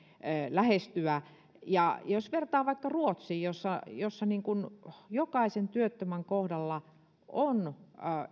lähestyä jos vertaa vaikka ruotsiin niin siellä jokaisen työttömän kohdalla on